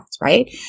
right